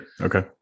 okay